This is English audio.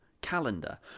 calendar